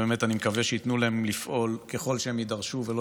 באמת אני מקווה שייתנו להם לפעול ככל שהם יידרשו ולא